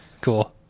cool